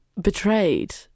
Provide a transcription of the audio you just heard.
betrayed